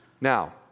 Now